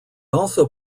also